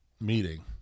meeting